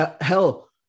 Hell